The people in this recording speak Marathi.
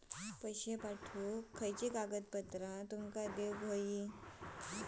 पैशे पाठवुक खयली कागदपत्रा तुमका देऊक व्हयी?